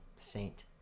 Saint